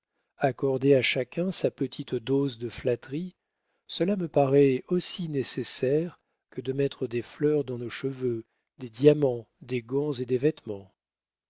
accorder à chacun sa petite dose de flatterie cela me paraît aussi nécessaire que de mettre des fleurs dans nos cheveux des diamants des gants et des vêtements